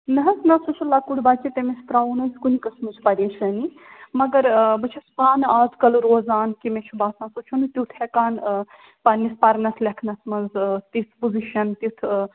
نہَ حظ نہَ سُہ چھُ لۅکُٹ بَچہِ تٔمِس ترٛاوُن حظ کُنہِ قٕسمٕچ پریشٲنی مگر آ بہٕ چھَس پانہٕ اَز کَل روزان کہِ مےٚ چھُ باسان سُہ چھُنہٕ تٮُ۪تھ ہٮ۪کان آ پَنٕنِس پَرنَس لیٚکھنَس منٛز تِژھ آ پوزِشَن تٮُ۪تھ آ